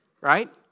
Right